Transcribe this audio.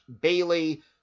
Bailey